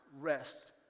rest